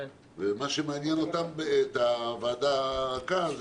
מה שמעניין את הוועדה כאן,